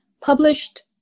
published